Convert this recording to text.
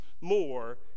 more